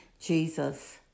Jesus